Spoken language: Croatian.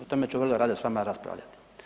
O tome ću vrlo rado sa vama raspravljati.